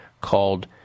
called